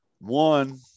One –